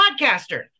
podcaster